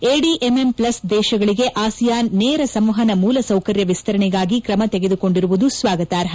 ADMM plus ದೇಶಗಳಿಗೆ ASEAN ನೇರ ಸಂವಹನ ಮೂಲಸೌಕರ್ಯ ವಿಸ್ತರಣೆಗಾಗಿ ತ್ರಮ ತೆಗೆದುಕೊಂಡಿರುವುದು ಸ್ವಾಗತಾರ್ಪ